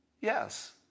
Yes